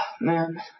man